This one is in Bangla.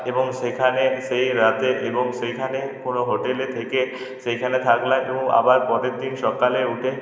এবং সেখানে সেই রাতে এবং সেইখানে কোনো হোটেলে থেকে সেইখানে থাকলাম এবং আবার পরের দিন সকালে উঠে